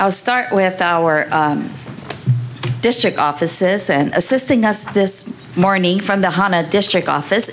i'll start with our district offices and assisting us this morning from the honda district office